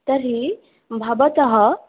तर्हि भवतः